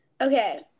Okay